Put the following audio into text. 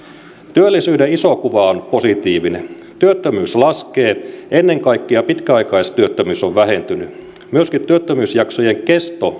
työllisyyden iso kuva on positiivinen työttömyys laskee ennen kaikkea pitkäaikaistyöttömyys on vähentynyt myöskin työttömyysjaksojen kesto